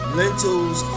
lentils